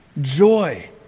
Joy